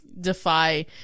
defy